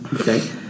Okay